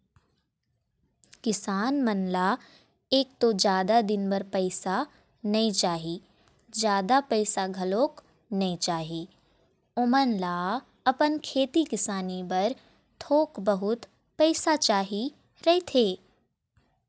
किसान मन ल एक तो जादा दिन बर पइसा नइ चाही, जादा पइसा घलोक नइ चाही, ओमन ल अपन खेती किसानी बर थोक बहुत पइसा चाही रहिथे